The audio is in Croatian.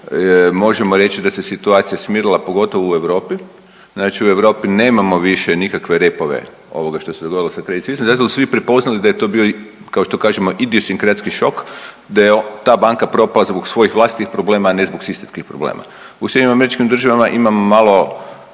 možemo reći da se situacija smirila pogotovo u Europi. Znači u Europi nemamo više nikakve repove ovoga što se dogodilo sa Credit Suisse, da su svi prepoznali da je to bio kao što kažemo idiosinkracijski da je ta banka propala zbog svojih vlastitih problema, a ne zbog sistemskih problema. U SAD-u ima malo